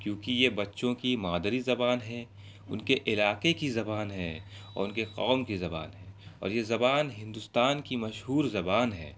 کیونکہ یہ بچوں کی مادری زبان ہے ان کے علاقے کی زبان ہے اور ان کے قوم کی زبان ہے اور یہ زبان ہندوستان کی مشہور زبان ہے